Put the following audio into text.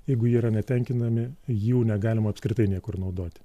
jeigu jie yra netenkinami jų negalima apskritai niekur naudoti